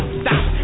stop